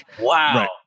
Wow